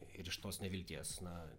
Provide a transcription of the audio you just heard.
ir iš tos nevilties na